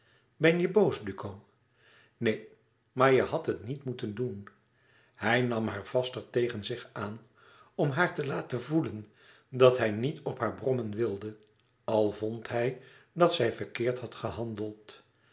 ben je boos duco neen maar je hadt het niet moeten doen hij nam haar vaster tegen zich aan om haar te laten voelen dat hij niet op haar brommen wilde al vond hij dat zij verkeerd had gehandeld